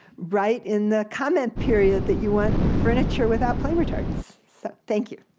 write in the comment period that you want furniture without flame retardants. so thank you.